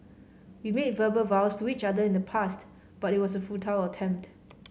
we made verbal vows to each other in the past but it was a futile attempt